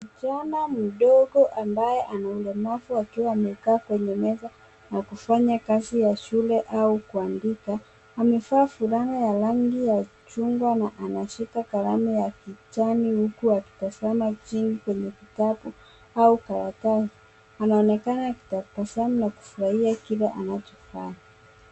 Kijana mdogo ambaye ana ulemavu akiwa amekaa kwenye meza, na kufanya kazi ya shule au kuandika, amevaa fulana ya rangi ya chungwa na anashika kalamu ya kijani, huku akitazama chini kwenye kitabu au karatasi. Anaonekana akitabasamu sana na kufurahia kila anachofanya.